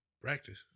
Practice